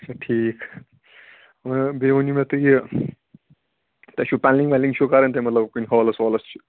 اچھا ٹھیٖک بیٚیہِ ؤنِو مےٚ تُہۍ یہِ تۄہہِ چھُو پٮ۪نٛلِنٛگ وٮ۪نلِنٛگ چھُو کَرٕنۍ تۄہہِ مطلب کُنہِ ہالس والس چھِ